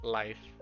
life